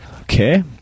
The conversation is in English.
Okay